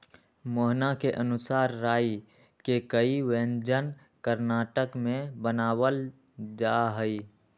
मोहना के अनुसार राई के कई व्यंजन कर्नाटक में बनावल जाहई